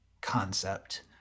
concept